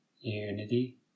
unity